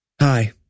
Hi